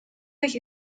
sich